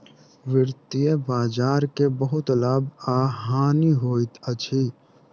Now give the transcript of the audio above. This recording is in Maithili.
वित्तीय बजार के बहुत लाभ आ हानि होइत अछि